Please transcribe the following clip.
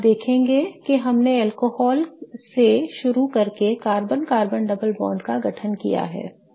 और आप देखेंगे कि हमने अल्कोहल से शुरू करके कार्बन कार्बन डबल बॉन्ड का गठन किया है